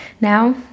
now